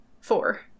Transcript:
four